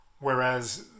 whereas